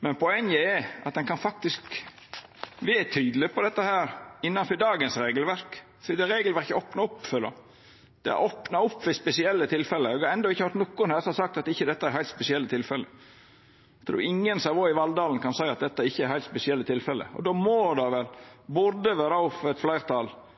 Men poenget er at ein kan faktisk vera tydeleg på dette innanfor dagens regelverk, fordi det regelverket opnar opp for det. Det opnar opp for det ved spesielle tilfelle, og eg har endå ikkje høyrt nokon her som har sagt at dette ikkje er heilt spesielle tilfelle. Eg trur ingen som har vore i Valldalen, kan seia at dette ikkje er heilt spesielle tilfelle. Då